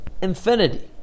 infinity